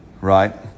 Right